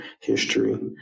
history